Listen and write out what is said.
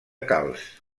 calç